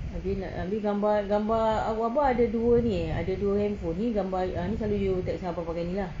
abeh nak abeh gambar-gambar arwah abah ada dua ni ada dua handphone ni gambar ni selalu you text abah pakai ni lah